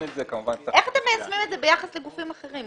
איך אתם מיישמים את זה ביחס לגופים אחרים?